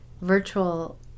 virtual